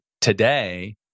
today